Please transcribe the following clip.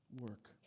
work